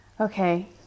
Okay